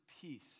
peace